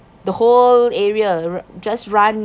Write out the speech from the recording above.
the whole area just run